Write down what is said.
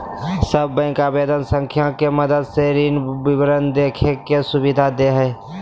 सब बैंक आवेदन संख्या के मदद से ऋण विवरण देखे के सुविधा दे हइ